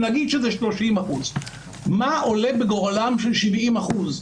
ונגיד שזה 30% - מה עולה בגורלם של 70%?